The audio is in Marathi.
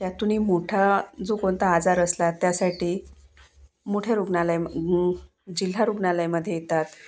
त्यातूनही मोठा जो कोणता आजार असला त्यासाठी मोठे रुग्णालय जिल्हा रुग्णालयामध्ये येतात